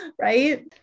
right